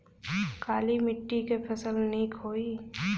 काली मिट्टी क फसल नीक होई?